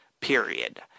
Period